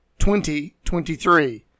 2023